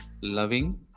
loving